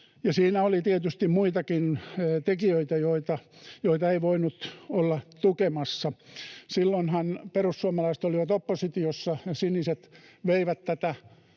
siinä oli tietysti muitakin tekijöitä, joita ei voinut olla tukemassa. Silloinhan perussuomalaiset olivat oppositiossa ja siniset veivät tätä